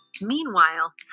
Meanwhile